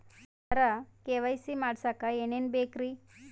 ಸರ KYC ಮಾಡಸಕ್ಕ ಎನೆನ ಬೇಕ್ರಿ?